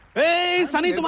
hey sunny,